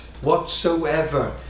whatsoever